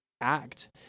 act